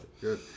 Good